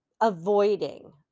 avoiding